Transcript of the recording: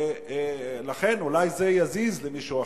ולכן אולי זה יזיז למישהו.